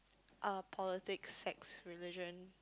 uh politics sex religion